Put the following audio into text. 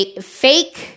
fake